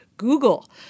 Google